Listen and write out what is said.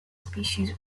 species